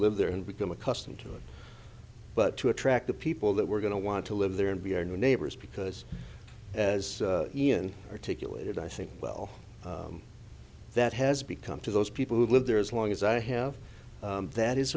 there and become accustomed to it but to attract the people that we're going to want to live there and be our new neighbors because as ian articulated i think well that has become to those people who live there as long as i have that is